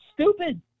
stupid